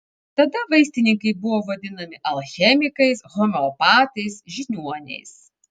tada vaistininkai buvo vadinami alchemikais homeopatais žiniuoniais